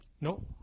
No